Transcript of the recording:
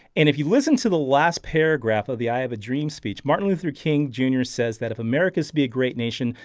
and if you listen to the last paragraph of the i have a dream speech, martin luther king jr. says that if america is to be a great nation,